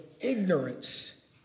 ignorance